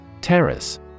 Terrace